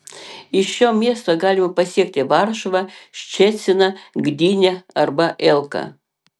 iš šio miesto galima pasiekti varšuvą ščeciną gdynę arba elką